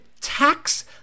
tax